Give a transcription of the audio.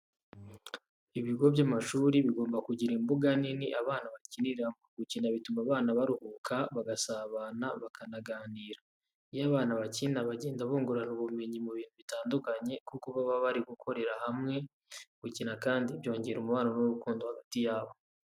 Ibigo by'amashuri bigomba kugira imbuga nini abana bakiniramo. Gukina bituma abana baruhuka, bagasabana, bakanaganira. Iyo abana bakina bagenda bungurana ubumenyi mu bintu bitandukanye kuko baba bari gukorera hamwe, gukina kandi byongera umubano n'urukundo hagati y'abo.